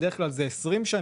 שזה בדרך כלל אחרי 20 שנה,